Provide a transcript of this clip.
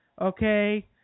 Okay